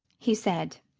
he said.